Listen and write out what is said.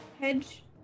hedge